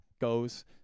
goes